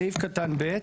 16. (ב)